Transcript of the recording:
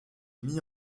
mis